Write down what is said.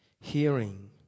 Hearing